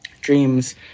dreams